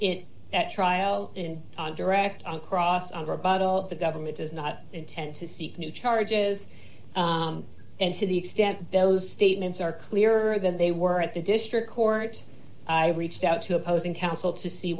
in that trial and on direct on cross over about all the government does not intend to seek new charges and to the extent those statements are clearer than they were at the district court i reached out to opposing counsel to see